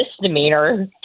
misdemeanor